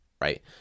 right